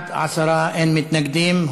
10, אין מתנגדים.